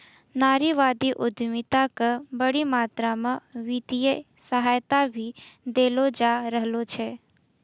नारीवादी उद्यमिता क बड़ी मात्रा म वित्तीय सहायता भी देलो जा रहलो छै